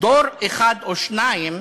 דור אחד או שניים,